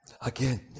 Again